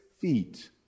feet